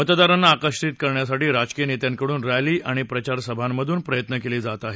मतदारांना आकर्षित करण्यासाठी राजकीय नेत्यांकडून रॅली आणि प्रचारसभामधून प्रयत्न केल जात आहेत